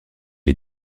est